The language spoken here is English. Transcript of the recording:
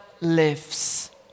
lives